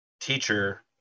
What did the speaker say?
teacher